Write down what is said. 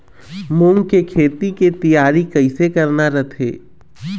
मूंग के खेती के तियारी कइसे करना रथे?